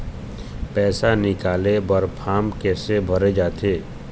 पैसा निकाले बर फार्म कैसे भरे जाथे?